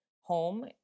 home